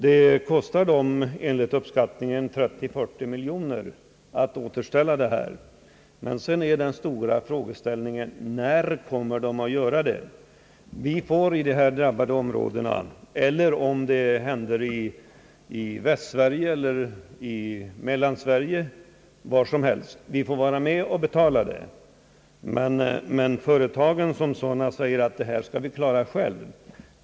Det kostar dem enligt uppskattning 30—40 miljoner kronor att reparera skadorna. Den stora frågan är: När kommer de att göra det? Det är de som bor och verkar i de drabbade områdena som får vara med om att betala det hela, liksom man skulle få göra vid naturkatastrofer i t.ex. Västsverige eller Mellansverige. Kraftverksföretagen däremot säger att de skall klara upp det själva.